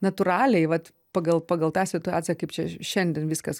natūraliai vat pagal pagal tą situaciją kaip čia šiandien viskas